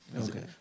Okay